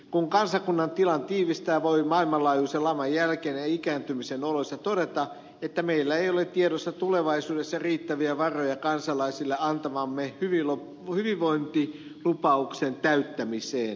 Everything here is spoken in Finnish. kun kansakunnan tilan tiivistää voi maailmanlaajuisen laman jälkeen ja ikääntymisen oloissa todeta että meillä ei ole tiedossa tulevaisuudessa riittäviä varoja kansalaisille antamamme hyvinvointilupauksen täyttämiseen